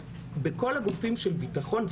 אז בכל הגופים של ביטחון,